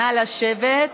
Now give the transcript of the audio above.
נא לשבת.